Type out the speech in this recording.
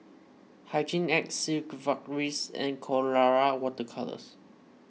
Hygin X Sigvaris and Colora Water Colours